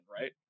right